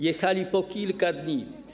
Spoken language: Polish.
Jechali po kilka dni.